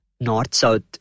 north-south